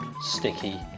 sticky